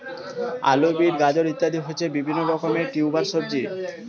আলু, বিট, গাজর ইত্যাদি হচ্ছে বিভিন্ন রকমের টিউবার সবজি